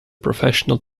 professional